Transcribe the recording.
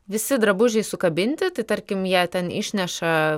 visi drabužiai sukabinti tai tarkim jie ten išneša